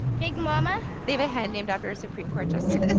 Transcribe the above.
big mama they have a hen named after a supreme court justice? and